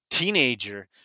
teenager